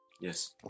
yes